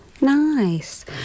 nice